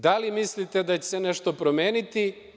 Da li mislite da će se nešto promeniti?